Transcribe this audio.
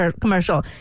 commercial